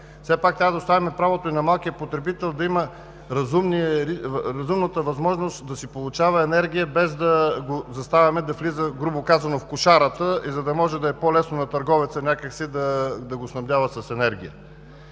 Все пак трябва да оставим правото и на малкия потребител да има разумната възможност да си получава енергия, без да го заставяме да влиза, грубо казано, в кошарата, за да може да е по-лесно на търговеца някак си да го снабдява с енергия.